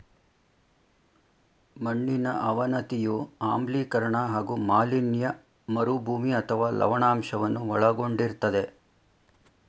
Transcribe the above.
ಮಣ್ಣಿನ ಅವನತಿಯು ಆಮ್ಲೀಕರಣ ಹಾಗೂ ಮಾಲಿನ್ಯ ಮರುಭೂಮಿ ಅಥವಾ ಲವಣಾಂಶವನ್ನು ಒಳಗೊಂಡಿರ್ತದೆ